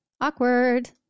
Awkward